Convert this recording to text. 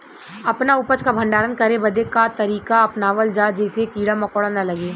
अपना उपज क भंडारन करे बदे का तरीका अपनावल जा जेसे कीड़ा मकोड़ा न लगें?